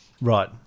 Right